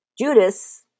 Judas